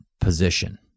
position